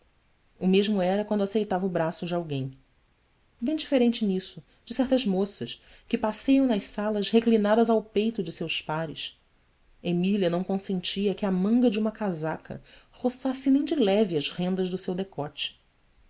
mesmo era quando aceitava o braço de alguém bem diferente nisso de certas moças que passeiam nas salas reclinadas ao peito de seus pares emília não consentia que a manga de uma casaca roçasse nem de leve as rendas do seu decote